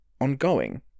ongoing